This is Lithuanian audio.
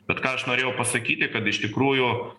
bet ką aš norėjau pasakyti kad iš tikrųjų